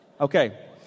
Okay